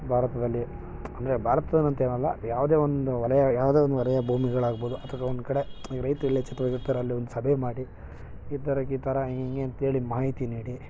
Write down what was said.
ಭಾರತದಲ್ಲಿ ಅಂದರೆ ಭಾರತದಲ್ಲಿ ಅಂತೇನಲ್ಲ ಯಾವುದೇ ಒಂದು ವಲಯ ಯಾವುದೇ ಒಂದು ವಲಯ ಭೂಮಿಗಳಾಗಬಹುದು ಅಥವಾ ಒಂದು ಕಡೆ ಈಗ ರೈತರೆಲ್ಲ ಇರ್ತಾರೆ ಅಲ್ಲಿ ಒಂದು ಸಭೆ ಮಾಡಿ ಈಥರಕ್ಕೆ ಈ ಥರ ಹಿಂಗೆ ಅಂಥೇಳಿ ಮಾಹಿತಿ ನೀಡಿ